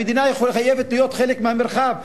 המדינה חייבת להיות חלק מהמרחב,